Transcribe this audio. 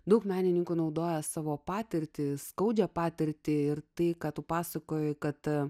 daug menininkų naudoja savo patirtį skaudžią patirtį ir tai kad pasakoja kad